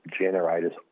generators